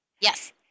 yes